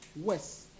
worse